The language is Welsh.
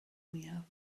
mwyaf